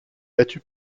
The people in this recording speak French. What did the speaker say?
battu